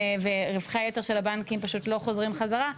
ורווחי היתר של הבנקים פשוט לא חוזרים חזרה,